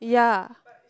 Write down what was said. yeah